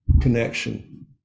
connection